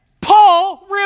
Paul